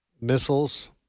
missiles